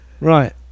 right